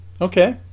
Okay